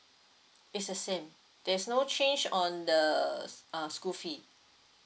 it's the same there's no change on the uh school fee